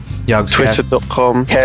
twitter.com